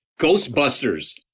Ghostbusters